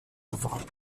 œuvres